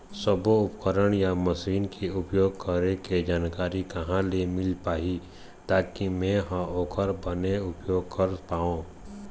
सब्बो उपकरण या मशीन के उपयोग करें के जानकारी कहा ले मील पाही ताकि मे हा ओकर बने उपयोग कर पाओ?